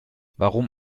warum